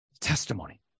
Testimony